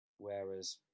Whereas